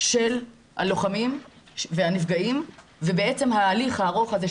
של הלוחמים והנפגעים ובעצם ההליך הארוך הזה,